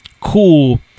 cool